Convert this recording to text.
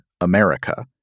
America